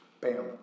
bam